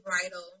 bridal